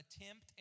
attempt